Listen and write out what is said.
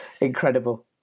Incredible